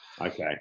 Okay